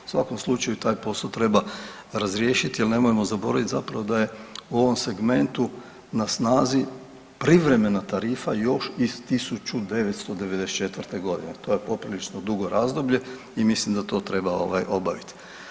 U svakom slučaju taj posao treba razriješit jer nemojmo zaboravit zapravo da je u ovom segmentu na snazi privremena tarifa još iz 1994.g., to je poprilično dugo razdoblje i mislim da to treba ovaj obavit.